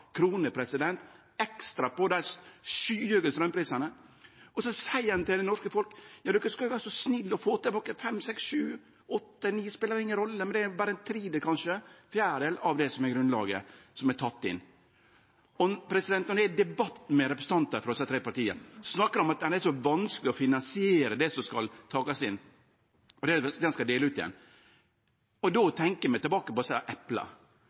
ekstra på dei skyhøge straumprisane, og så seier ein til det norske folk: Ja, vi skal vere så snille å gje dykk igjen fem, seks, sju, åtte, ni – det spelar inga rolle. Men det er berre ein tredjedel, kanskje, eller ein fjerdedel av det som er grunnlaget, det som er teke inn. Når ein er i debattar med representantar frå desse tre partia, snakkar dei om at det er så vanskeleg å finansiere det som skal takast inn, og det ein skal dele ut igjen. Då tenkjer vi tilbake på desse epla, for det er faktisk ein måte å